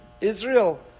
Israel